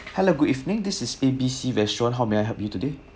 hello good evening this is A B C restaurant how may I help you today